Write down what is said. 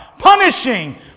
Punishing